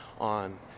on